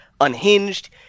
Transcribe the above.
unhinged